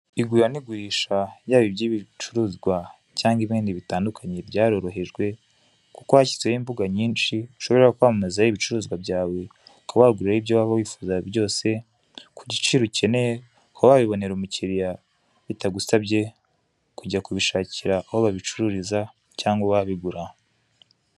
Igura n'igurisha ryaba iry'ibicuruzwa cyangwa ibindi bitandukanye byarorohejwe, kuko hashijweho imbuga nyinshi ushobora kwamamazaho ibicuruzwa byawe ukaba waguriraho ibyo waba wifuza byose ku giciro ukaba wabibonera umukiriya bitagusabye kujya kubishakira aho babicururiza cyangwa uwabigura.